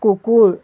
কুকুৰ